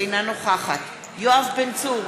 אינה נוכחת יואב בן צור,